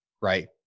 right